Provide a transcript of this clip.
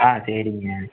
ஆ சரிங்க